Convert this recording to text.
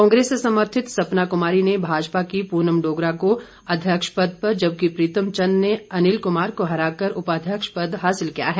कांग्रेस समर्थित सपना कुमारी ने भाजपा की पूनम डोगरा को अध्यक्ष पद जबकि प्रीतम चंद ने अनिल कुमार को हरा कर उपाध्यक्ष पद हासिल किया है